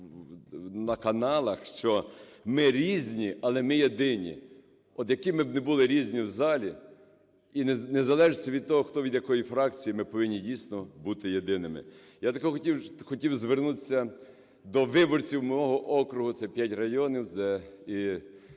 на каналах, що ми різні, але ми єдині. От, які б ми не були різні в залі, і незалежно від того, хто від якої фракції, ми повинні дійсно бути єдиними. Я тільки хотів звернутися до виборців мого округу, це 5 районів.